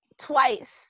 twice